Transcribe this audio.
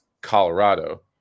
Colorado